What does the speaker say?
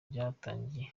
ryatangiye